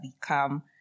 become